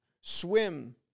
swim